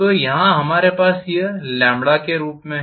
तो यहाँ हमारे पास यह के रूप में है